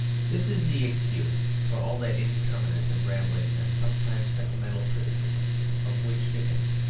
this is the excuse for all that indeterminate and rambling and sometimes sentimental criticism of which dickens,